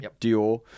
Dior